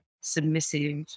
submissive